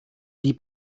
die